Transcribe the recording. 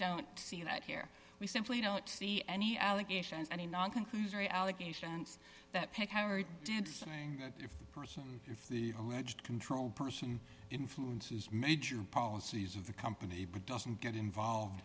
don't see that here we simply don't see any allegations any non conclusory allegations that pick our dad saying that if the person if the alleged control person influences major policies of the company but doesn't get involved